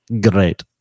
great